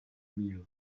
meal